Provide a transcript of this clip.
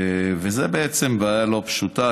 זו בעיה לא פשוטה,